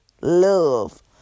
love